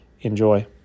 Enjoy